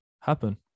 happen